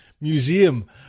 museum